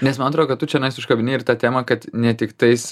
nes man atrodo kad tu čionais užkabini ir tą temą kad ne tiktais